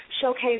showcase